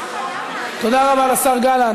למה, למה, תודה רבה לשר גלנט.